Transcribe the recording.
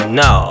no